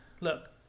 look